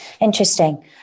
Interesting